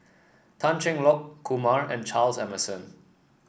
Tan Cheng Lock Kumar and Charles Emmerson